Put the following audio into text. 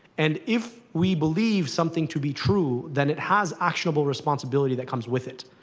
and if we believe something to be true, then it has actionable responsibility that comes with it.